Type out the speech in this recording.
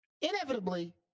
Inevitably